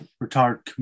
retired